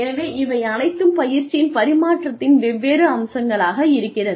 எனவே இவை அனைத்தும் பயிற்சியின் பரிமாற்றத்தின் வெவ்வேறு அம்சங்களாக இருக்கிறது